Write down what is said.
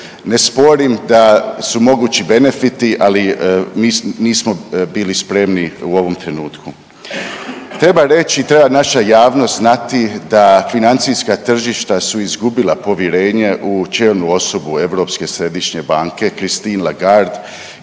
Ne sporim da su mogući benefiti, ali nismo, nismo bili spremni u ovom trenutku. Treba reći i treba naša javnost znati da financijska tržišta su izgubila povjerenje u čelnu osobu Europske središnje banke Christine Lagarde